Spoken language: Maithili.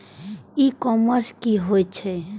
ई कॉमर्स की होए छै?